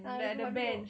ah ada tempat duduk